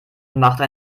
machte